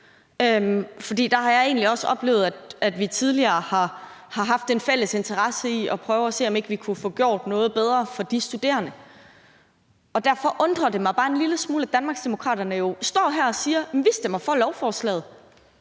jeg egentlig også oplevet, at vi tidligere har haft en fælles interesse i at prøve at se, om ikke vi kunne få gjort noget bedre for de studerende, og derfor undrer det mig bare en lille smule, at Danmarksdemokraterne jo står her og siger, at man stemmer for lovforslaget,